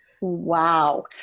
wow